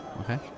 Okay